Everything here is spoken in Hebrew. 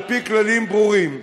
לפי כללים ברורים,